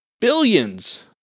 billions